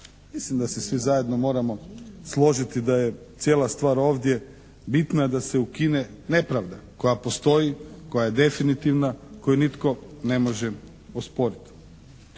Mislim da se svi zajedno moramo složiti da je cijela stvar ovdje, bitno je da se ukine nepravda koja postoji, koja je definitivna, koju nitko ne može osporiti.